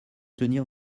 tenir